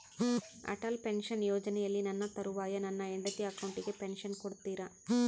Atal pension ಯೋಜನೆಯಲ್ಲಿ ನನ್ನ ತರುವಾಯ ನನ್ನ ಹೆಂಡತಿ ಅಕೌಂಟಿಗೆ ಪೆನ್ಶನ್ ಕೊಡ್ತೇರಾ?